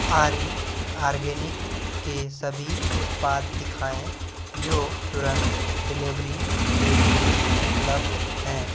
आर्य organic के सभी उत्पाद दिखाएँ जो तुरंत डिलेवरी के लिए उपलब्ध हैं